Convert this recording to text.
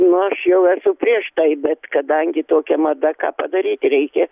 nu aš jau esu prieš tai bet kadangi tokia mada ką padaryti reikia